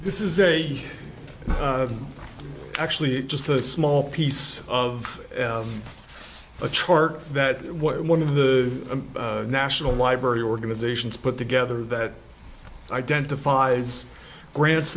this is a actually just a small piece of a chart that one of the national library organizations put together that identifies grants